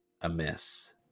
amiss